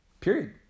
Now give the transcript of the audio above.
Period